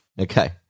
Okay